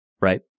right